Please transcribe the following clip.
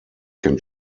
can